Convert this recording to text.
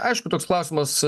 aišku toks klausimas